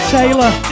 Taylor